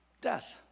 death